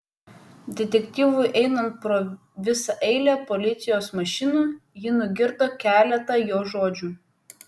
detektyvui einant pro visą eilę policijos mašinų ji nugirdo keletą jo žodžių